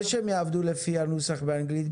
זה שהם יעבדו לפי הנוסח באנגלית,